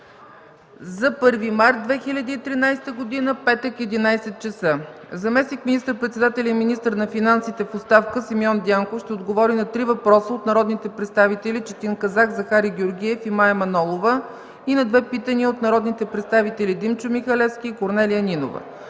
за 1 март 2013 г. – петък, 11,00 ч.: Заместник министър-председателят и министър на финансите в оставка Симеон Дянков ще отговори на три въпроса от народните представители Четин Казак, Захари Георгиев, и Мая Манолова и на два питания от народните представители Димчо Михалевски, и Корнелия Нинова.